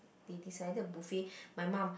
they decided buffet my mum